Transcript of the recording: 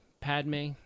Padme